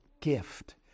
gift